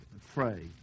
fray